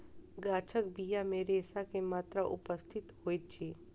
गाछक बीज मे रेशा के मात्रा उपस्थित होइत अछि